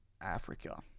Africa